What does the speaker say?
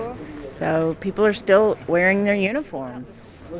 so people are still wearing their uniforms.